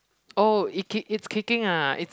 oh it kick it's kicking ah it's